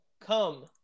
come